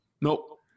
Nope